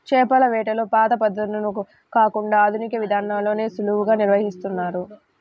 చేపల వేటలో పాత పద్ధతులను కాకుండా ఆధునిక విధానాల్లోనే సులువుగా నిర్వహిస్తున్నారు